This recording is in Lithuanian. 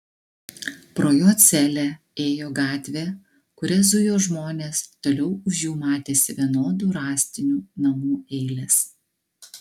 pro jo celę ėjo gatvė kuria zujo žmonės toliau už jų matėsi vienodų rąstinių namų eilės